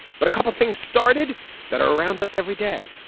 but a couple of things started that are around us every day,